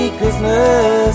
Christmas